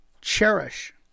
cherish